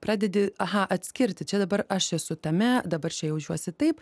pradedi aha atskirti čia dabar aš esu tame dabar čia jaučiuosi taip